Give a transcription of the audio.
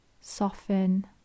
soften